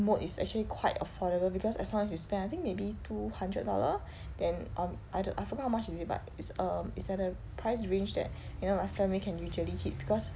mode is actually quite affordable because as long as you spend I think maybe two hundred dollar then or either I forgot how much is it but is um it's at a price range that you know my family can usually hit because